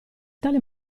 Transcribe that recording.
tale